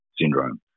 syndrome